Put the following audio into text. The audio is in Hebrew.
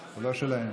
זה לא שלהם.